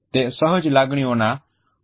તે સહજ લાગણીઓના ગોઠવણીથી ઉત્પન્ન થાય છે